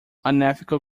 unethical